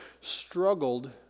struggled